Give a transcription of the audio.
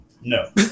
No